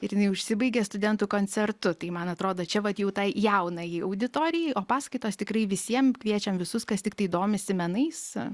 ir jinai užsibaigia studentų koncertu tai man atrodo čia vat jau tai jaunajai auditorijai o paskaitos tikrai visiem kviečiam visus kas tiktai domisi menais